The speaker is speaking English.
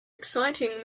exciting